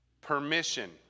permission